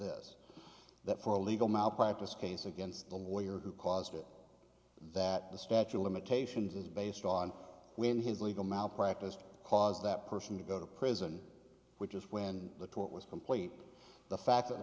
this that for a legal malpractise case against the lawyer who caused it that the statue of limitations is based on when his legal malpractise caused that person to go to prison which is when the tort was complete the fact that